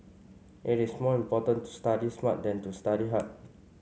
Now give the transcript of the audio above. it is more important to study smart than to study hard